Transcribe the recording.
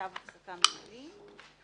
צו הפסקה מינהלי).